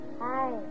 Hi